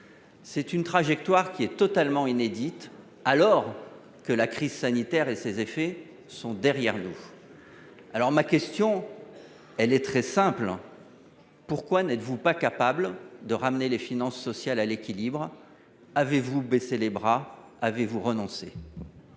Une telle trajectoire est totalement inédite, alors même que la crise sanitaire et ses effets sont derrière nous. Ma question est très simple : pourquoi n’êtes vous pas capables de remettre les finances sociales à l’équilibre ? Avez vous baissé les bras ? Avez vous renoncé ?